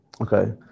Okay